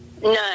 None